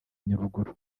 nyaruguru